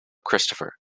christopher